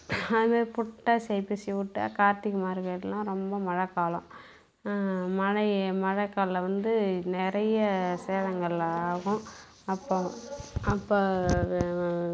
அதுமாதிரி புரட்டாசி ஐப்பசி விட்டா கார்த்திகை மார்கழியெலாம் ரொம்ப மழை காலம் மழை மழை காலம் வந்து நிறைய சேதங்கள் ஆகும் அப்போ அப்போ